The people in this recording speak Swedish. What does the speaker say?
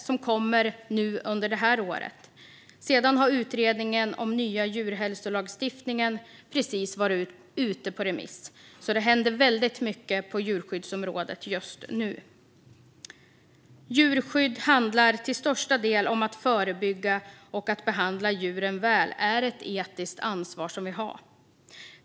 De kommer under det här året, och utredningen om ny djurhälsolagstiftning har precis varit ute på remiss. Det händer alltså väldigt mycket på djurskyddsområdet just nu. Djurskydd handlar till största del om att förebygga, och att behandla djuren väl är ett etiskt ansvar som vi har.